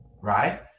right